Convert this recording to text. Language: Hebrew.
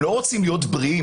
הם לא רוצים להיות בריאים?